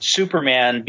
superman